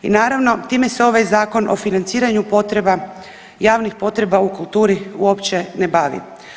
I naravno time se ovaj zakon o financiranju potreba, javnih potreba u kulturi uopće ne bavi.